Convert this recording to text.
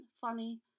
funny